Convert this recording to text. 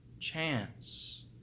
chance